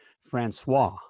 francois